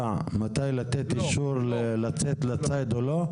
מתי לתת אישור לצאת לציד או לא?